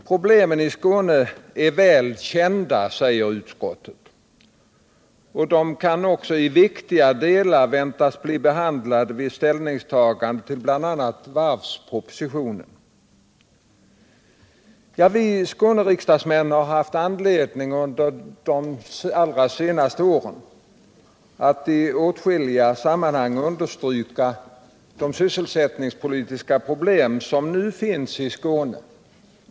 Problemen i Skåne är väl kända, och de kan i viktiga delar väntas bli behandlade vid ställningstagande till bl.a. varvspropositionen, säger utskottet. Vi Skåneriksdagsmän har under de allra senaste åren i åtskilliga sammanhang haft anledning att understryka de sysselsättningspolitiska problem som nu finns i Skåne.